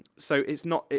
so, it's not,